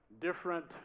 Different